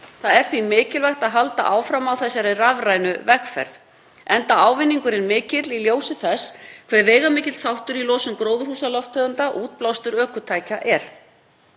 Það er því mikilvægt að halda áfram á þessari rafrænu vegferð, enda ávinningurinn mikill í ljósi þess hve veigamikill þáttur í losun gróðurhúsalofttegunda útblástur ökutækja er,